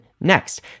next